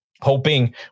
Hoping